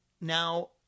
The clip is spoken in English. now